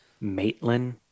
Maitland